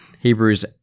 Hebrews